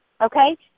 Okay